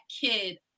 kid